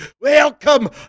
Welcome